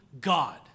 God